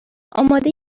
آماده